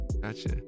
gotcha